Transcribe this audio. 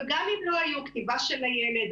וגם אם לא היו כתיבה של הילד,